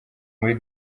muri